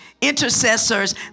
intercessors